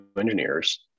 engineers